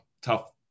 tough